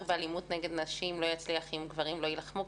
באלימות נגד נשים לא יצליח אם גברים לא יילחמו,